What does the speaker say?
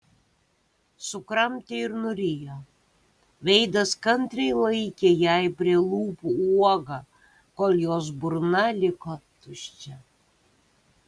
sukramtė ir nurijo veidas kantriai laikė jai prie lūpų uogą kol jos burna liko tuščia